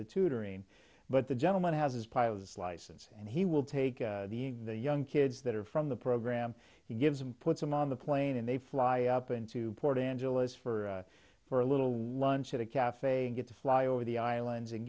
the tutoring but the gentleman has his pilot's license and he will take the young kids that are from the program he gives and puts them on the plane and they fly up into port angeles for for a little lunch at a cafe and get to fly over the islands and